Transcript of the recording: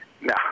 No